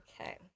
Okay